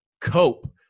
cope